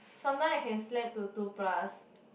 sometime I can slept to two plus